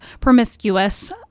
promiscuous